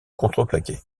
contreplaqué